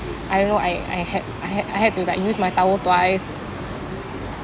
I don't know I I had I had I had to like use my towel twice